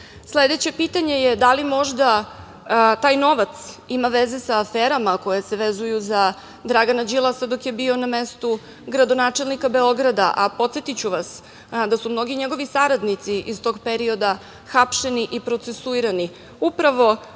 Sledeće pitanje je – da li možda taj novac ima veze sa aferama koje se vezuju za Dragana Đilasa dok je bio na mestu gradonačelnika Beograda, a podsetiću vas da su mnogi njegovi saradnici iz tog perioda hapšeni i procesuirani upravo